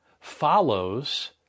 follows